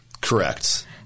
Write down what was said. Correct